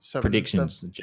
Predictions